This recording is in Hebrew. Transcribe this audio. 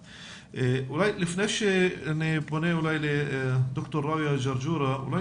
לפני שאני פונה לד"ר ראויה ג'רג'ורה אולי